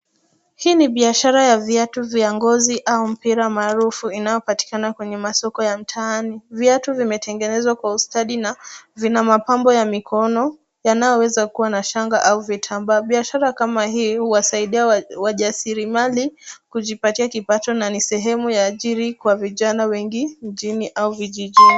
Hii ni biashara ya viatu vya ngozi au mpira maarufu inayopatikana kwenye masoko ya mtaani. Viatu vimetengenzwa kwa ustadi na vina mapambo ya mikono yanaoweza kuwa na shanga au vitambaa. Biashara kama hii huwasaidia wajarisilimali kujipatia kipato na ni sehemu kwa ajiri ya vijana wengi mjini au vijijini.